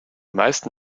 meisten